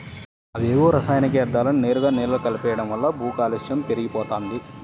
అవేవో రసాయనిక యర్థాలను నేరుగా నేలలో కలిపెయ్యడం వల్ల భూకాలుష్యం పెరిగిపోతంది